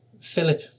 Philip